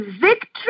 victory